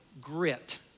Grit